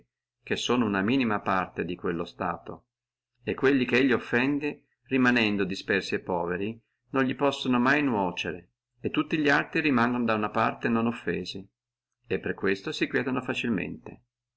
che sono una minima parte di quello stato e quelli chelli offende rimanendo dispersi e poveri non li possono mai nuocere e tutti li altri rimangono da uno canto inoffesi e per questo